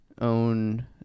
own